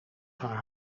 haar